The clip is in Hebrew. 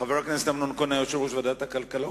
חבר הכנסת אמנון כהן היה יושב-ראש ועדת הכלכלה,